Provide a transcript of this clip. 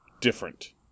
different